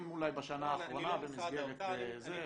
בשנה האחרונה במסגרת --- אני לא משרד האוצר,